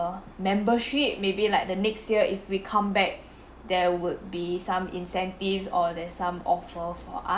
membership maybe like the next year if we come back there would be some incentives or there's some offer for u~